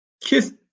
kiss